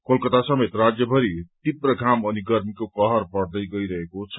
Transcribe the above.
कलकता समेत राज्यभरि तीव्र घाम अनि गर्मीको कहर बढ़दै गइरहेको छ